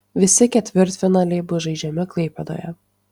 visi ketvirtfinaliai bus žaidžiami klaipėdoje